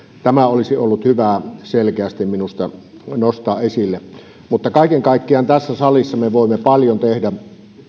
tämä olisi ollut hyvä selkeästi minusta nostaa esille mutta kaiken kaikkiaan tässä salissa me voimme paljon tehdä